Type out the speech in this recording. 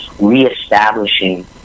reestablishing